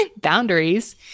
Boundaries